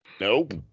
Nope